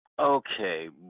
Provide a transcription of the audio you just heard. Okay